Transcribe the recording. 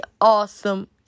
awesome